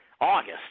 August